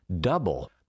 double